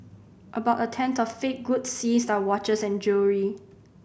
about a tenth of fake goods seized are watches and jewellery